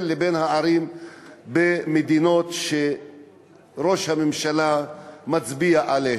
לבין הערים במדינות שראש הממשלה מצביע עליהן.